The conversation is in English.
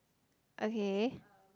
okay